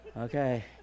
Okay